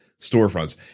storefronts